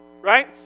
right